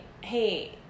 hey